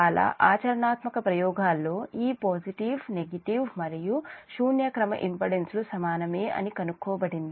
చాలా ఆచరణాత్మక ప్రయోగాల్లో ఈ పాజిటివ్ నెగిటివ్ మరియు శూన్య క్రమ ఇంపిడెన్స్ లు సమానమే అని కనుక్కోబడింది